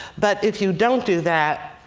but if you don't do that,